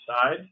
side